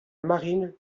marine